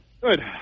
Good